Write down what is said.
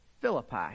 Philippi